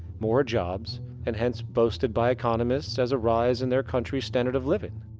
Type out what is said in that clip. more jobs and hence boasted by economists as a rise in their country's standard of living.